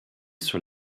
sur